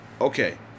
Okay